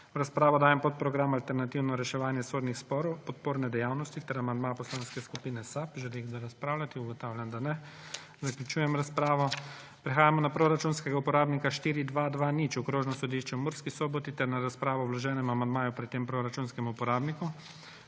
V razpravo dajem podprogram Alternativno reševanje sodnih sporov – podporne dejavnosti ter amandma Poslanske skupine SAB. Želi kdo razpravljati? Ugotavljam, da ne. Zaključujem razpravo. Prehajamo na proračunskega uporabnika 4220 Okrožno sodišče v Murski Soboti ter na razpravo o vloženem amandmaju pri tem proračunskem uporabniku.